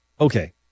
Okay